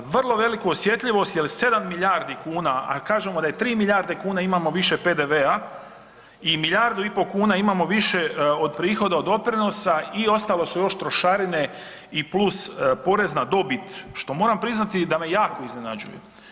Vrlo veliku osjetljivost jel 7 milijardi kuna, a kažemo da je 3 milijarde kuna imamo više PDV-a i 1,5 milijardu kuna imamo više od prihoda od doprinosa i ostalo su još trošarine i plus porez na dobit, što moram priznati da me jako iznenađuje.